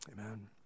Amen